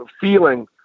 feeling